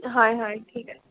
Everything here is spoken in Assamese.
হয় হয় ঠিক আছে